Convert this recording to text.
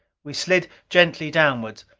we slid gently downward.